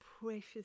precious